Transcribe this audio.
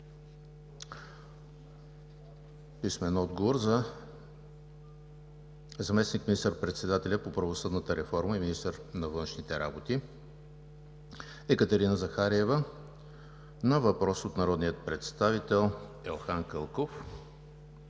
връчване от: - заместник министър-председателя по правосъдната реформа и министър на външните работи Екатерина Захариева на въпрос от народния представител Елхан Кълков;